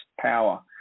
power